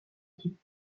type